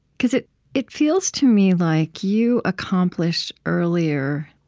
because it it feels to me like you accomplished, earlier